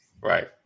Right